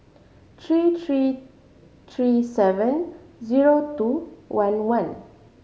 three three three seven zero two one one